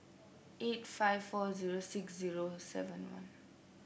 eight five four zero six zero seven one